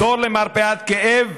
תור למרפאת כאב,